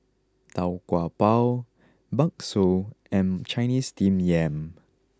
Tau Kwa Pau Bakso and Chinese Steamed Yam